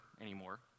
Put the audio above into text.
anymore